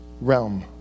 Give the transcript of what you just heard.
realm